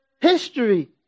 history